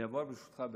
אני אעבור לשפה הערבית,